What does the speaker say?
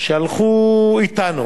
שהלכו אתנו